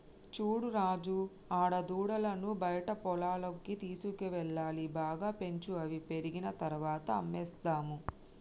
చూడు రాజు ఆడదూడలను బయట పొలాల్లోకి తీసుకువెళ్లాలి బాగా పెంచు అవి పెరిగిన తర్వాత అమ్మేసేద్దాము